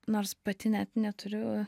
nors pati net neturiu